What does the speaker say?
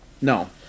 No